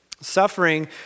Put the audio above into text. Suffering